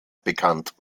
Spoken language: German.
bekannt